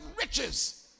riches